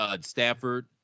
Stafford